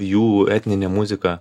jų etninė muzika